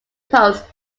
posts